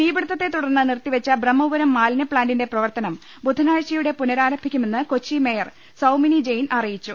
തീ പിടുത്തെ തുടർന്ന് നിർത്തിവെച്ച ബ്രഹ്മപുരം മാലി ന്യപ്പാന്റിന്റെ പ്രവർത്തനം ബുധ്യനാഴ്ചയോടെ പുനരാരംഭിക്കു മെന്ന് കൊച്ചി മേയർ സൌമിനി ജയ്ൻ അറിയിച്ചു